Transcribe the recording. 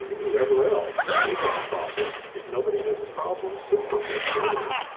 whomever else, do you have a problem? if nobody has a problem, super! go forward!